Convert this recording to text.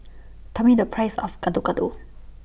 Tell Me The Price of Gado Gado